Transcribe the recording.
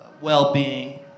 well-being